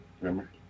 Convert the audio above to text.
Remember